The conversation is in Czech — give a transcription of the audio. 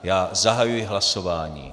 Já zahajuji hlasování.